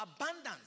abundance